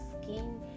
skin